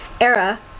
era